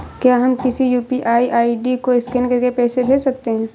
क्या हम किसी यू.पी.आई आई.डी को स्कैन करके पैसे भेज सकते हैं?